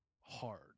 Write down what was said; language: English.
hard